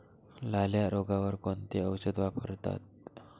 लाल्या रोगावर कोणते औषध वापरतात?